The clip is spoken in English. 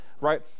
right